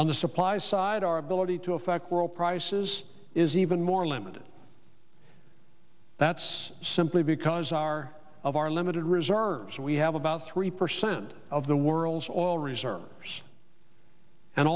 on the supply side our ability to affect world prices is even more limited that's simply because our of our limited reserves we have about three percent of the world's oil reserves and